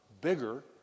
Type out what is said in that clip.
bigger